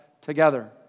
together